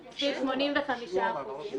כנראה של 85%. שיעור המעבר, לא ציון.